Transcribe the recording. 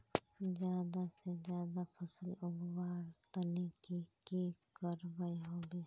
ज्यादा से ज्यादा फसल उगवार तने की की करबय होबे?